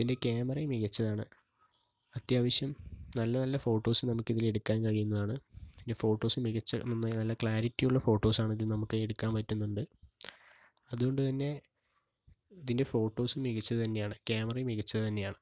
പിന്നെ ക്യാമറയും മികച്ചതാണ് അത്യാവശ്യം നല്ല നല്ല ഫോട്ടോസ് നമുക്കിതിലെടുക്കാൻ കഴിയുന്നതാണ് പിന്നെ ഫോട്ടോസ് മികച്ച നന്നായി നല്ല ക്ലാരിറ്റി ഉള്ള ഫോട്ടോസാണ് ഇതിൽ നമുക്ക് എടുക്കാൻ പറ്റുന്നുണ്ട് അതുകൊണ്ട് തന്നെ ഇതിൻ്റെ ഫോട്ടോസ് മികച്ചത് തന്നെയാണ് ക്യാമറയും മികച്ചത് തന്നെയാണ്